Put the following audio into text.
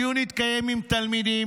הדיון התקיים עם תלמידים,